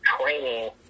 training